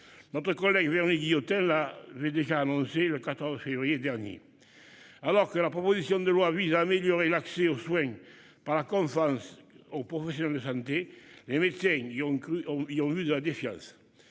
Notre collègue, Véronique Guillotin là j'ai déjà annoncé le 14 février dernier. Alors que la proposition de loi vise à améliorer l'accès aux soins par la conférence aux professionnels de santé, les médecins ils y ont cru. On y ont vu de la défiance.